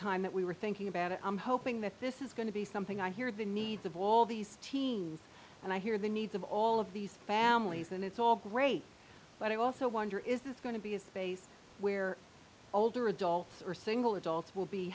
time that we were thinking about it i'm hoping that this is going to be something i hear the needs of all these teens and i hear the needs of all of these families and it's all great but i also wonder is this going to be a space where older adults or single adults will be